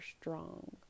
strong